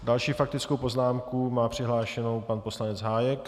Další faktickou poznámku má přihlášenou pan poslanec Hájek.